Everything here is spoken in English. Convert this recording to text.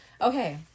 Okay